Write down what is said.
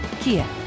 Kia